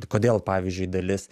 kodėl pavyzdžiui dalis